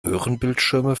röhrenbildschirme